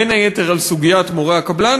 בין היתר על סוגיית מורי הקבלן,